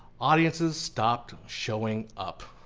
audiences stopped showing up.